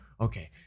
Okay